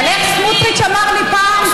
אבל איך סמוּטריץ אמר לי פעם,